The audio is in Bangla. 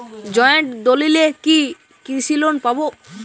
জয়েন্ট দলিলে কি কৃষি লোন পাব?